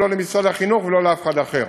לא למשרד החינוך ולא לאף אחד אחר.